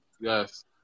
yes